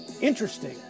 interesting